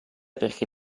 perché